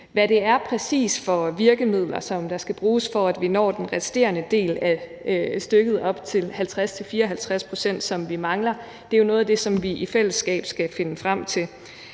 Hvad det præcis er for virkemidler, der skal bruges, for at vi når den resterende del af stykket op til 50-54 pct., som vi mangler, er jo noget af det, som vi i fællesskab skal finde frem til.